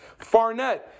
Farnett